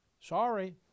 Sorry